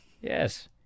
Yes